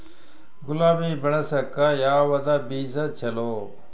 ಗುಲಾಬಿ ಬೆಳಸಕ್ಕ ಯಾವದ ಬೀಜಾ ಚಲೋ?